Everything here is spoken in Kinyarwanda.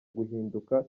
guhinduka